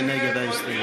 מי נגד ההסתייגות?